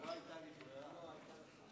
אדוני היושב-ראש,